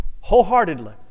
wholeheartedly